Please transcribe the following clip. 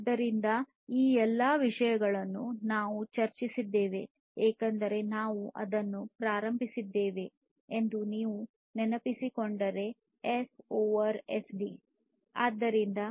ಆದ್ದರಿಂದ ಈ ಎಲ್ಲಾ ವಿಷಯಗಳನ್ನು ನಾವು ಚರ್ಚಿಸಿದ್ದೇವೆ ಏಕೆಂದರೆ ನಾವು ನೀವು ನೆನಪಿಸಿಕೊಂಡರೆ ಎಸ್ ಓವರ್ ಎಸ್ಡಿ ಪ್ರಾರಂಭಿಸಿದ್ದೇವೆ